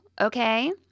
okay